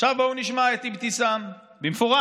עכשיו בואו נשמע את אבתיסאם במפורש,